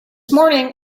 morning